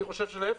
אני חושב שלהיפך,